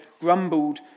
grumbled